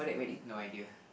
no idea